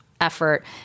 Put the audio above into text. effort